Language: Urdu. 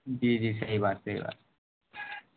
جی جی صحیح بات صحیح بات